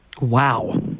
Wow